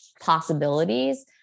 possibilities